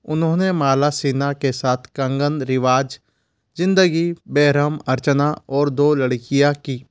उन्होंने माला सिन्हा के साथ कंगन रिवाज ज़िंदगी बेरहम अर्चना और दो लड़कियाँ की